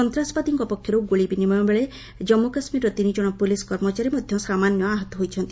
ଆତଙ୍କବାଦୀଙ୍କ ପକ୍ଷରୁ ଗୁଳି ବିନିମୟବେଳେ କଜ୍ମୁ କାଶ୍ମୀରର ତିନିଜଣ ପୁଲିସ୍ କର୍ମଚାରୀ ମଧ୍ୟ ସାମାନ୍ୟ ଆହତ ହୋଇଛନ୍ତି